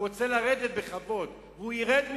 הוא רוצה לרדת בכבוד, והוא ירד מזה.